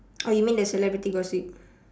oh you mean the celebrity gossip